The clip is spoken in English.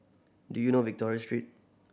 do you know Victory Street